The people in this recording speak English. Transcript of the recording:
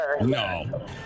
No